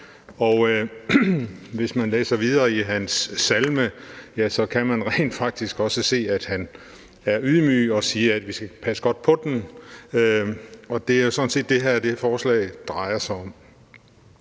Og hvis man læser videre i hans salme, ja, så kan man rent faktisk også se, at han er ydmyg og siger, at vi skal passe godt på den. Og det er jo sådan set det, som det her forslag drejer sig om.